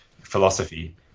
philosophy